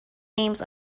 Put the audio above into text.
names